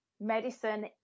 medicine